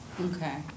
Okay